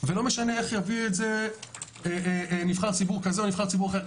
ולא משנה איך יביא את זה נבחר ציבור כזה או נבחר ציבור אחר.